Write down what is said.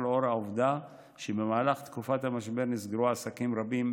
לנוכח העובדה שבמהלך תקופת המשבר נסגרו עסקים רבים,